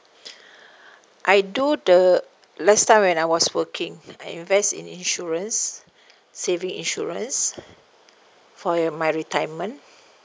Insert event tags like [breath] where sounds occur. [breath] I do the last time when I was working I invest in insurance saving insurance for your my retirement